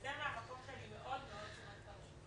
וזה מהמקום שאני מאוד-מאוד סומכת על השופטים,